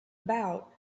about